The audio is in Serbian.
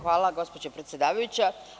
Hvala, gospođo predsedavajuća.